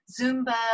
Zumba